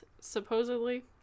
supposedly